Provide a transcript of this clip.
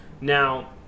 Now